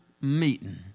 meeting